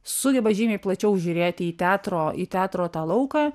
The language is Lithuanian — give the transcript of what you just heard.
sugeba žymiai plačiau žiūrėti į teatro į teatro tą lauką